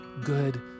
good